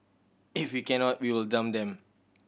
if we cannot we will dump them